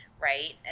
right